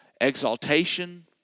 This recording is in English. exaltation